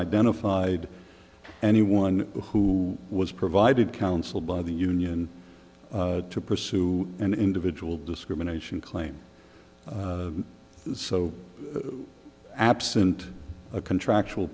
identified anyone who was provided counsel by the union to pursue an individual discrimination claim so absent a contractual